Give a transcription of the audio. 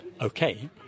okay